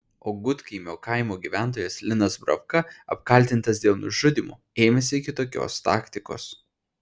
o gudkaimio kaimo gyventojas linas brovka apkaltintas dėl nužudymo ėmėsi kitokios taktikos